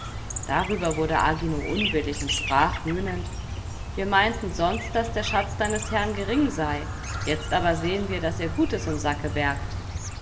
darüber wurde agino unwillig und sprach höhnend wir meinten sonst daß der schatz deines herrn gering sei jetzt aber sehen wir daß ihr gutes im sacke bergt